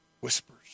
Whispers